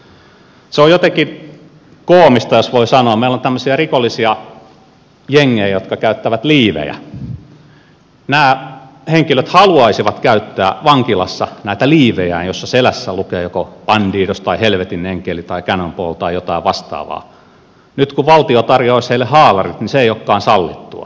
se on jotenkin koomista jos voi sanoa että kun meillä on tämmöisiä rikollisia jengejä jotka käyttävät liivejä niin nämä henkilöt haluaisivat käyttää vankilassa näitä liivejään joissa selässä lukee joko bandidos tai helvetin enkelit tai cannonball tai jotain vastaavaa ja nyt kun valtio tarjoaisi heille haalarit niin se ei olekaan sallittua